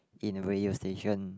in radio station